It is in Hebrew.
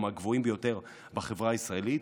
הוא מהגבוהים ביותר בחברה הישראלית.